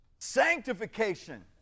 sanctification